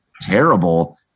terrible